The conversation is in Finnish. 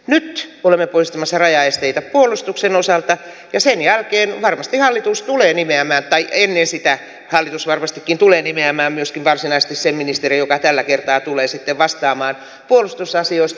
nyt olemme poistamassa rajaesteitä puolustuksen osalta ja sen jälkeen varmasti hallitus tulee nimeämättä ennen sitä hallitus varmastikin tulee nimeämään myöskin varsinaisesti sen ministerin joka tällä kertaa tulee vastaamaan puolustusasioista